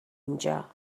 اینجا